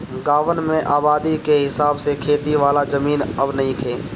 गांवन में आबादी के हिसाब से खेती वाला जमीन अब नइखे